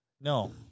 No